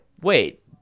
wait